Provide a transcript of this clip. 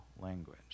language